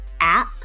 app